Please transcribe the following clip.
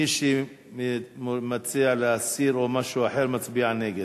מי שמציע להסיר או משהו אחר מצביע נגד.